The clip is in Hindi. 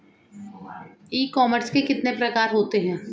ई कॉमर्स के कितने प्रकार होते हैं?